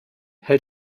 hält